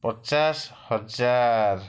ପଚାଶ ହଜାର